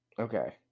Okay